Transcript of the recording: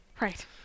right